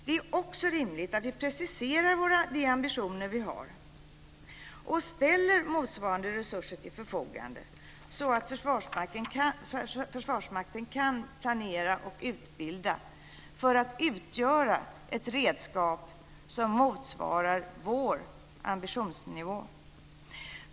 Det är också rimligt att vi preciserar de ambitioner vi har och ställer motsvarande resurser till förfogande så att Försvarsmakten kan planera och utbilda för att utgöra ett redskap som motsvarar vår ambitionsnivå.